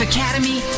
Academy